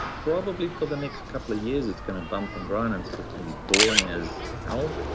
probably for the next couple of years, it's going to bump and grind. and it's going to be boring as hell,